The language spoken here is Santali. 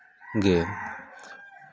ᱜᱮ